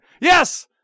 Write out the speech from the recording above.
Yes